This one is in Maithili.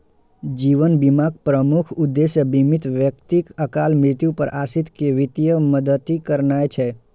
जीवन बीमाक प्रमुख उद्देश्य बीमित व्यक्तिक अकाल मृत्यु पर आश्रित कें वित्तीय मदति करनाय छै